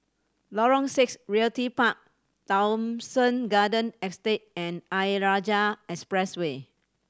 Lorong Six Realty Park Thomson Garden Estate and Ayer Rajah Expressway